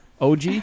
OG